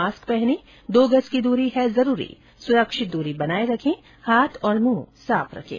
mask पहनें दो गज की दूरी है जरूरी सुरक्षित दूरी बनाए रखे हाथ और मुंह साफ रखें